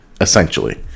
essentially